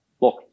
look